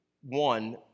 one